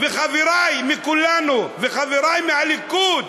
וחברי מכולנו, וחברי מהליכוד,